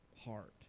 heart